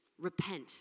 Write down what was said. Repent